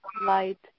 light